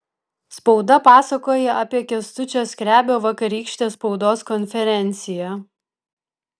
spauda pasakoja apie kęstučio skrebio vakarykštę spaudos konferenciją